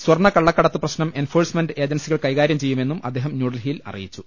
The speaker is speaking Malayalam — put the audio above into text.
സ്വർണ കള്ളക്കടത്ത് പ്രശ്നം എൻഫോഴ്സ്മെന്റ് ഏജൻസികൾ കൈകാര്യം ചെയ്യുമെന്നും അദ്ദേഹം ന്യൂഡൽഹിയിൽ അറിയിച്ചു